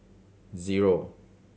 zero